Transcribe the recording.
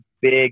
big